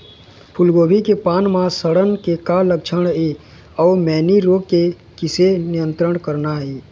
फूलगोभी के पान म सड़न के का लक्षण ये अऊ मैनी रोग के किसे नियंत्रण करना ये?